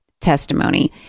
testimony